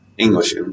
English